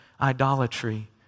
idolatry